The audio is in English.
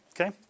okay